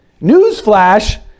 Newsflash